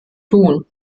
tun